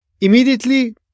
immediately